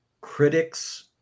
Critics